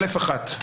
א(1):